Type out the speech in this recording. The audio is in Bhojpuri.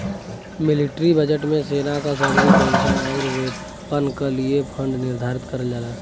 मिलिट्री बजट में सेना क सैलरी पेंशन आउर वेपन क लिए फण्ड निर्धारित करल जाला